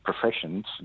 professions